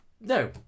No